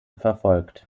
verfolgt